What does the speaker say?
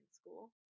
school